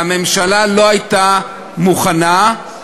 הממשלה לא הייתה מוכנה,